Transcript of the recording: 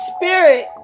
Spirit